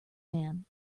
man